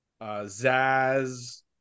Zaz